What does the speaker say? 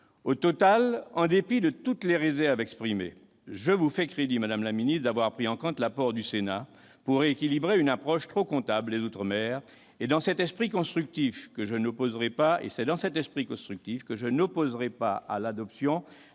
Au total, en dépit de toutes les réserves exprimées, je vous fais crédit, madame la ministre, d'avoir pris en compte l'apport du Sénat pour rééquilibrer une approche trop comptable des outre-mer. C'est dans cet esprit constructif que je ne m'opposerai pas à l'adoption